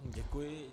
Děkuji.